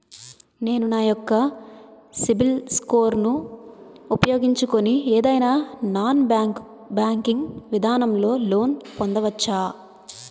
నేను నా యెక్క సిబిల్ స్కోర్ ను ఉపయోగించుకుని ఏదైనా నాన్ బ్యాంకింగ్ విధానం లొ లోన్ పొందవచ్చా?